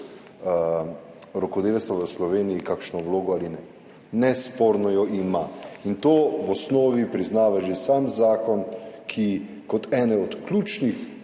rokodelstva v Sloveniji kakšno vlogo ali ne. Nesporno jo ima in to v osnovi priznava že sam zakon, ki kot ene od ključnih